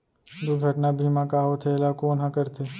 दुर्घटना बीमा का होथे, एला कोन ह करथे?